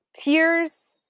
tears